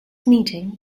meeting